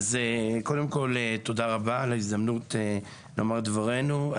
קודם כל, תודה רבה על ההזדמנות לומר את דברנו.